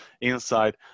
inside